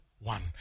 One